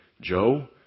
Joe